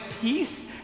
peace